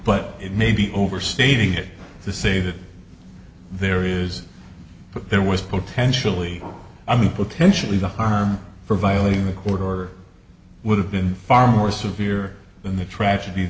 but it may be overstating it to say that there is but there was potentially i mean potentially the harm for violating the court order would have been far more severe than the traged